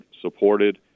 supported